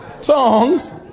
songs